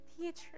teacher